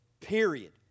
Period